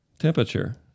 Temperature